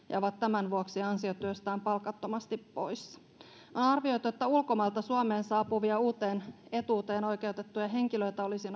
ja ovat tämän vuoksi ansiotyöstä on palkattomasti poissa on arvioitu että ulkomailta suomeen saapuvia uuteen etuuteen oikeutettuja henkilöitä olisi